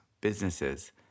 businesses